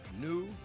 new